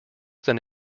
than